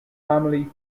family